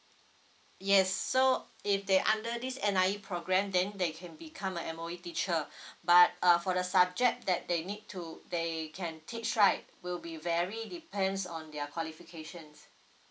yes so if they under this N_I_E programme then they can become a M_O_E teacher but uh for the subject that they need to they can teach right will be vary depends on their qualification